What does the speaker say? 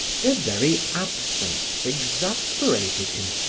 their very absence exasperated him,